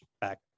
back